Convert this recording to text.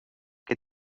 que